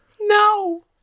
No